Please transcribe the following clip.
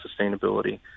sustainability